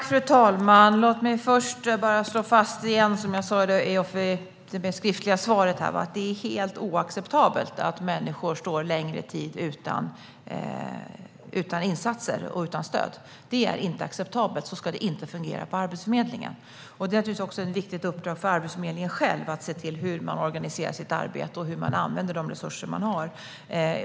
Fru talman! Låt mig först bara slå fast det jag även sa i mitt interpellationssvar, nämligen att det är helt oacceptabelt att människor står en längre tid utan insatser och stöd. Det är inte acceptabelt. Så ska det inte fungera på Arbetsförmedlingen. Det är naturligtvis ett viktigt uppdrag för Arbetsförmedlingen själv att se över hur man organiserar sitt arbete och använder de resurser man har.